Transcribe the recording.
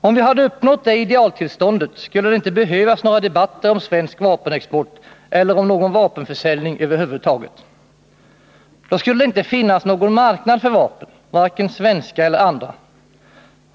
Om vi hade uppnått det idealtillståndet skulle det inte behövas några debatter om svensk vapenexport eller någon vapenförsäljning över huvud taget. Då skulle det inte finnas någon marknad för vapen, varken svenska eller andra.